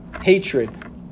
Hatred